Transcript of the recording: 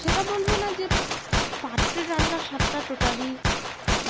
সেটা বলব না যে পাত্রে রান্নার স্বাদটা টোটালি